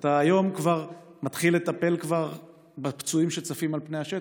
אתה היום כבר מתחיל לטפל בפצועים שצפים על פני השטח,